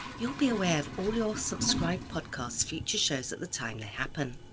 you'll be aware of all your subscribed podcasts' future shows at the time they happen.